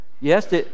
Yes